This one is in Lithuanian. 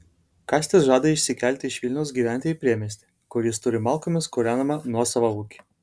kastis žada išsikelti iš vilniaus gyventi į priemiestį kur jis turi malkomis kūrenamą nuosavą ūkį